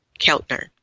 Keltner